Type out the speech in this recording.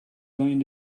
going